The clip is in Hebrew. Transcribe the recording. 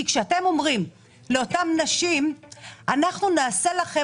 אתם אומרים לאותן נשים שאנחנו ניתן לכן